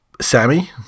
Sammy